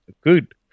good